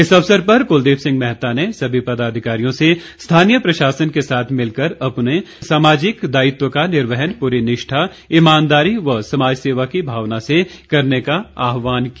इस अवसर पर क्लदीप सिंह मेहता ने सभी पदाधिकारियों से स्थानीय प्रशासन के साथ मिलकर अपने सामाजिक दायित्व का निर्वहन पूरी निष्ठा ईमानदारी व समाज सेवा की भावना से करने का आह्वान किया